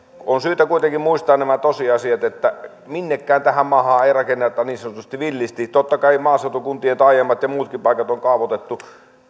on syytä kuitenkin muistaa nämä tosiasiat että minnekään tähän maahan ei rakenneta niin sanotusti villisti totta kai maaseutukuntien taajamat ja muutkin paikat on kaavoitettu